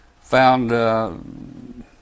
found